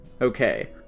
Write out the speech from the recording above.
okay